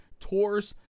tours